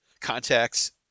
contacts